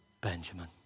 Benjamin